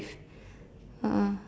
uh